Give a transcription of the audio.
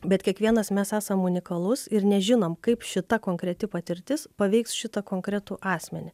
bet kiekvienas mes esam unikalus ir nežinom kaip šita konkreti patirtis paveiks šitą konkretų asmenį